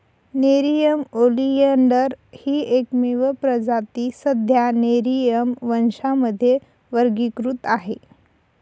Nerium oleander ही एकमेव प्रजाती सध्या नेरिअम वंशामध्ये वर्गीकृत आहे